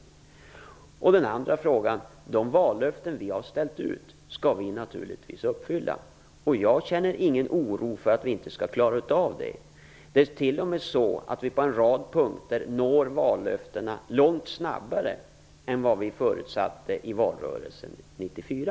Svaret på den andra frågan är att vi naturligtvis skall uppfylla de vallöften vi har ställt ut. Jag känner ingen oro för att vi inte skall klara av det. Det är t.o.m. så att vi på en rad punkter når vallöftena långt snabbare än vad vi förutsatte i valrörelsen 1994.